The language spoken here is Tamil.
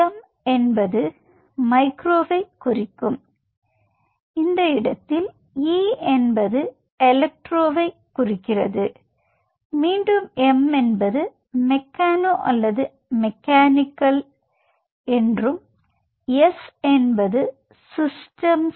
எம் என்பது மைக்ரோவை குறிக்கும் இடத்தில் ஈ என்பது எலக்ட்ரோவை குறிக்கிறது எம் என்பது மெக்கானோ அல்லது மெக்கானிக்கல் எஸ் என்பது சிஸ்டம்ஸ்